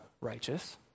righteous